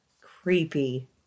Creepy